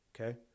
Okay